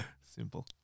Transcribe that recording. Simple